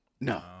No